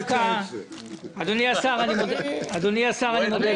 אדוני השר, אני מודה לך.